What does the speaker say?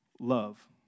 Love